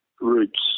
routes